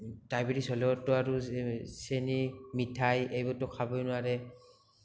diabetes হলেওতো আৰু চেনি মিঠাই এইবোৰতো খাবই নোৱাৰে